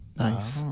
Nice